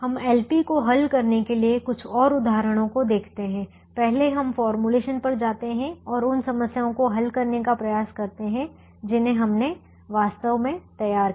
हम LP को हल करने के लिए कुछ और उदाहरणों को देखते हैं पहले हम फॉर्मूलेशन पर जाते हैं और उन समस्याओं को हल करने का प्रयास करते हैं जिन्हें हमने वास्तव में तैयार किया था